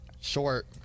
Short